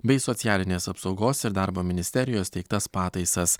bei socialinės apsaugos ir darbo ministerijos teiktas pataisas